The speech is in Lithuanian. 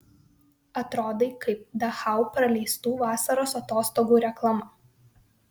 atrodai kaip dachau praleistų vasaros atostogų reklama